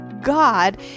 God